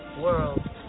world